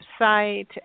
website